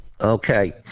Okay